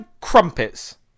crumpets